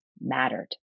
mattered